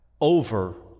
over